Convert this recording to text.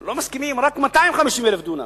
לא מנהל המינהל.